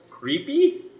Creepy